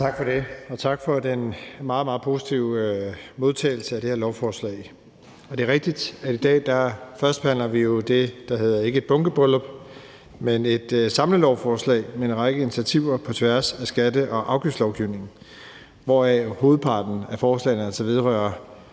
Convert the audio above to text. Tak for det, og tak for den meget, meget positive modtagelse af det her lovforslag. Det er rigtigt, at i dag førstebehandler vi jo det, man kunne kalde et bunkebryllup, men som er et samlelovforslag med en række initiativer på tværs af skatte- og afgiftslovgivningen, hvoraf hovedparten af forslagene altså vedrører